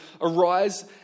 arise